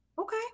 Okay